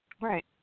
right